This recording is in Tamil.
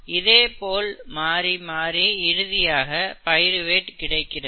இதே போல் மாறி மாறி இறுதியாக பைருவேட் கிடைக்கிறது